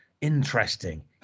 Interesting